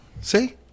See